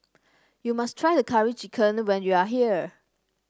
you must try the Curry Chicken when you are here